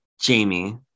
Jamie